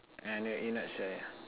and I know you not shy ah